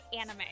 anime